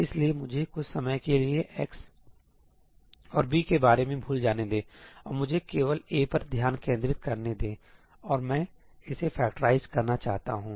इसलिए मुझे कुछ समय के लिए x और b के बारे में भूल जाने दें और मुझे केवल A पर ध्यान केंद्रित करने दें और मैं इसे फैक्टराइज करना चाहता हूं